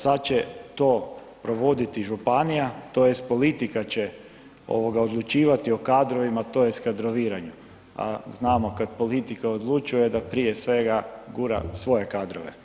Sad će to provoditi županija, tj. politika će odlučivati o kadrovima, tj. kadroviranju a znamo kad politika odlučuje da prije svega gura svoje kadrove.